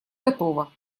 готова